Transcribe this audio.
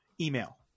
Email